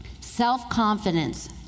Self-confidence